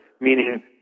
meaning